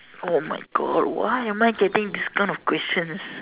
oh my God why am I getting this kind of questions